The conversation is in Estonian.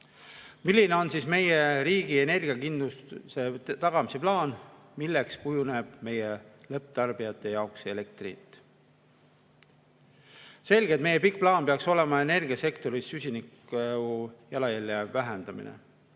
Milline on meie riigi energiakindluse tagamise plaan? Milliseks kujuneb meie lõpptarbijate jaoks elektri hind? Selge, et meie pikk plaan peaks olema energiasektoris süsiniku jalajälje vähendamine.